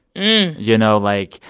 yeah you know? like,